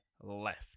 left